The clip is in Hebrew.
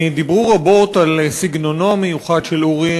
דיברו רבות על סגנונו המיוחד של אורי,